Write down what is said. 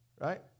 right